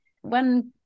one